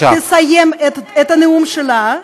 כשהיא תסיים את הנאום שלה,